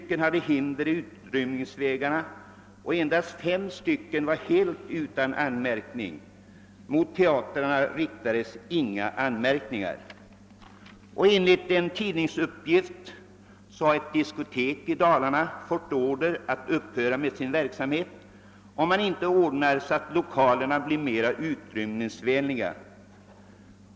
Fem hade hinder i utrymningsvägarna och endast en var helt utan anmärkning. Mot teatrarna riktades inga anmärkningar. Enligt en tidningsuppgift har ett diskotek i Dalarna fått order att upphöra med sin verksamhet, om man inte ordnar så att lokalerna blir mera utrymningsvänliga.